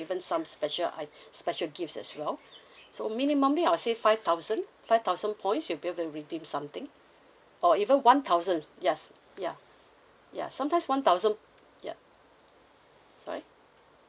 even some special i~ special gifts as well so minimally I'll say five thousand five thousand points you build and redeem something or even one thousands yes ya ya sometimes one thousand ya sorry